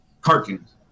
Cartoons